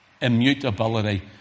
Immutability